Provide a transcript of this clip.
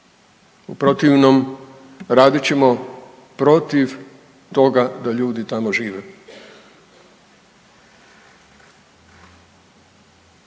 u protivnom radit ćemo protiv toga da ljudi tamo žive.